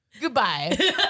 Goodbye